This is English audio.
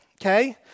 Okay